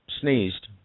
sneezed